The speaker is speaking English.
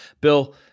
Bill